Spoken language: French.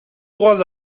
trois